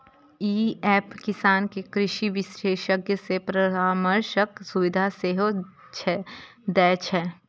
ई app किसान कें कृषि विशेषज्ञ सं परामर्शक सुविधा सेहो दै छै